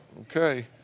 okay